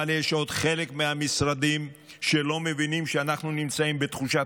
אבל יש עוד חלק מהמשרדים שלא מבינים שאנחנו נמצאים בתחושת חירום.